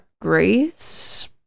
Grace